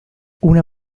una